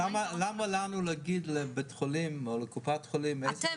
למה לנו להגיד לבית חולים או לקופת חולים איזה